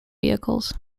vehicles